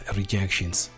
rejections